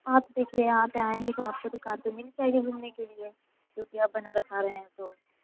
आप देखिए यहाँ पर आएँगे तो आपको तो कार तो मिल जाएगी घूमने के लिए क्योंकि आप बनारस आ रहे हैं तो